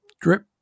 drip